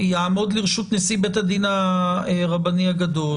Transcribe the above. יעמוד לרשות נשיא בית הדין הרבני הגדול,